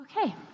Okay